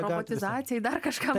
robotizacijai dar kažkam